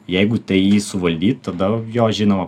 jeigu tai jį suvaldyt tada jo žinoma